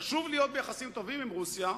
חשוב להיות ביחסים טובים עם רוסיה,